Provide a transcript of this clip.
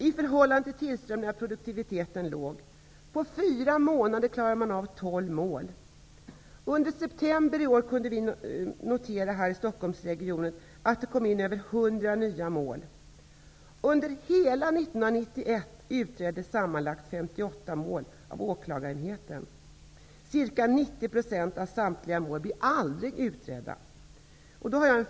I förhållande till tillströmningen är produktiviteten låg. Man klarar av tolv mål på fyra månader. I september kom det in över 100 nya mål i Stockholmsregionen. Under hela 1991 utreddes sammanlagt 58 mål av åklagarmyndigheten. Ca 90 % av samtliga mål blir aldrig utredda.